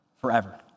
forever